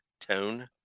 tone